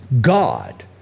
God